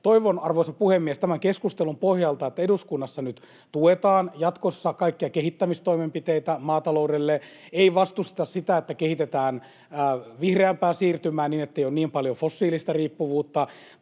Toivon, arvoisa puhemies, tämän keskustelun pohjalta, että eduskunnassa nyt tuetaan jatkossa kaikkia kehittämistoimenpiteitä maataloudelle, ei vastusteta sitä, että kehitetään vihreämpää siirtymää niin, ettei ole niin paljon fossiilista riippuvuutta.